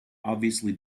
obviously